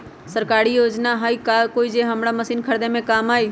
सरकारी योजना हई का कोइ जे से हमरा मशीन खरीदे में काम आई?